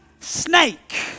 snake